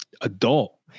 adult